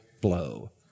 blow